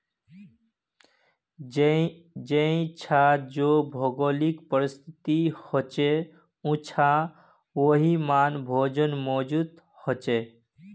जेछां जे भौगोलिक परिस्तिथि होछे उछां वहिमन भोजन मौजूद होचे